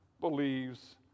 believes